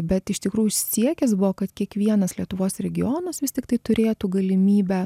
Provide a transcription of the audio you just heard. bet iš tikrųjų siekis buvo kad kiekvienas lietuvos regionas vis tiktai turėtų galimybę